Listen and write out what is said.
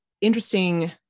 interesting